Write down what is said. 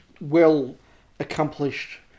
well-accomplished